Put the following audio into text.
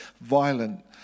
violent